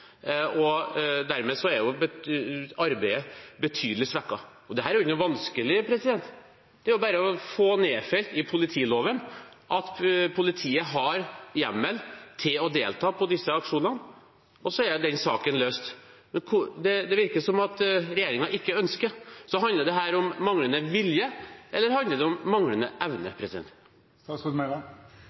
Dermed er arbeidet betydelig svekket. Dette er ikke noe vanskelig. Det er bare å få nedfelt i politiloven at politiet har hjemmel til å delta i disse aksjonene, og så er den saken løst. Det virker som om regjeringen ikke ønsker. Handler dette om manglende vilje, eller handler det om manglende evne?